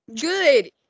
Good